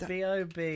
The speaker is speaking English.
Bob